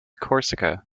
corsica